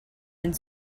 and